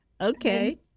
Okay